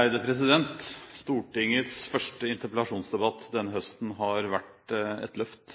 anstendig liv. Stortingets første interpellasjonsdebatt denne høsten har vært et løft.